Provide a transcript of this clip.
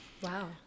Wow